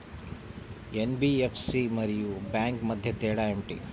NBFC మరియు bank మధ్య తేడా ఏమిటి?